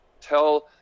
tell